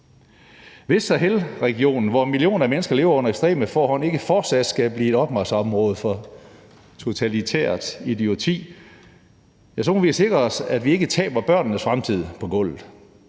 Hvis Sahelregionen, hvor millioner af mennesker lever under ekstreme forhold, ikke fortsat skal blive et opmarchområde for totalitært idioti, så må vi sikre os, at vi ikke taber børnenes fremtid på gulvet.